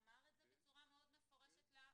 הוא אמר את זה בצורה מאוד מפורשת לפרוטוקול.